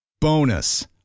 Bonus